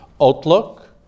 outlook